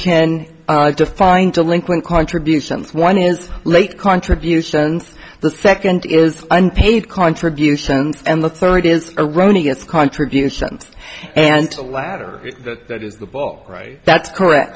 can define delinquent contributions one is late contributions the second is unpaid contributions and the third is erroneous contributions and the latter that is the ball right that's correct